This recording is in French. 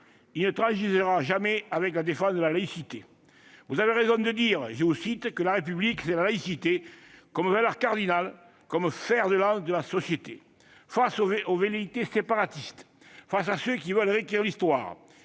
il ne transigera jamais sur la défense de la laïcité. Vous avez raison de dire que « la République, c'est la laïcité comme valeur cardinale, comme fer de lance de la société ». Face aux velléités séparatistes, face à ceux qui veulent réécrire l'Histoire,